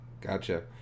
gotcha